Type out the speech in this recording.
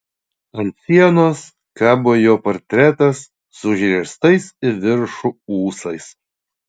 ant sienos kabo jo portretas su užriestais į viršų ūsais